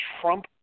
trump